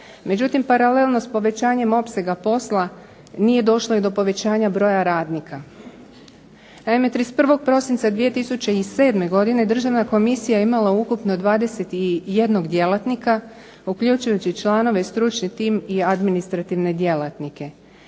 međutim paralelno s povećanjem opsega posla nije došlo i do povećanja broja radnika. Naime 31. prosinca 2007. godine državna komisija imala je ukupno 21 djelatnika, uključujući članove, stručni tim i administrativne djelatnike.